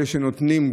אלה שנותנים,